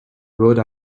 rode